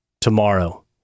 tomorrow